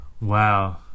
wow